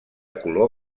color